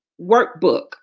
workbook